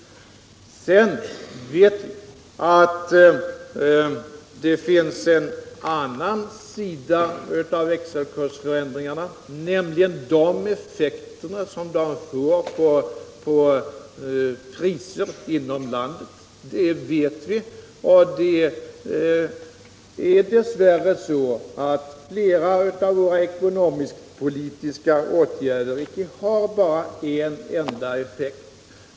Sedan vet vi att det finns en annan sida av växelkursförändringarna, nämligen de effekter som de får på priser inom landet. Dess värre är det så att flera av våra ekonomisk-politiska åtgärder inte bara har en enda effekt.